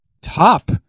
top